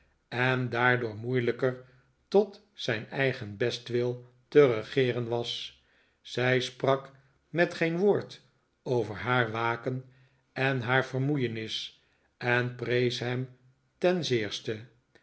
en daardoor moeilijker tot zijn eigen bestwil te regeeren was zij sprak met geen woord over haar waken en haar vermoeienis en prees hem ten zeerste